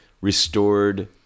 restored